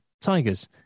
Tigers